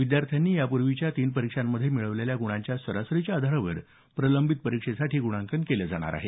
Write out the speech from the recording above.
विद्यार्थ्यांनी यापूर्वीच्या तीन परीक्षांमध्ये मिळवलेल्या गुणांच्या सरासरीच्या आधारावर प्रलंबित परीक्षेसाठी ग्णांकन केलं जाणार आहे